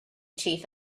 chief